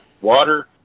water